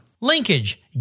Linkage